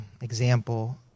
example